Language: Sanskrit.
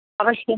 अवश्यम्